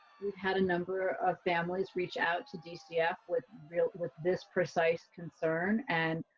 we've had a number of families reach out to dcf with. real with this precise concern and